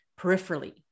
peripherally